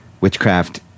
witchcraft